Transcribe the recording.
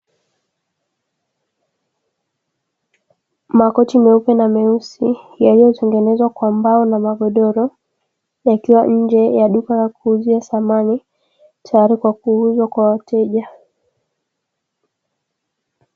Makochi meupe na meusi yaliyotengenezwa kwa mbao, na magodoro yakiwa nje ya duka la kuuzia samani tayari kwa kuuzwa kwa wateja.